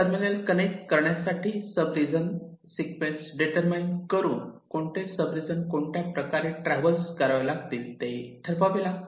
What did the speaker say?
terminal connect करण्यासाठी sub region sequence determines करून कोणते सब रिजन कोणत्या प्रकारे ट्रॅव्हल्स करावे लागतील ते ठरवावे लागते